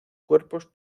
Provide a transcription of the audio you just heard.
cuerpos